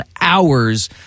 hours